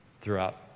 throughout